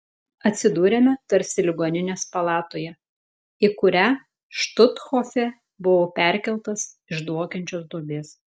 atsidūrėme tarsi ligoninės palatoje į kurią štuthofe buvau perkeltas iš dvokiančios duobės